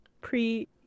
Pre-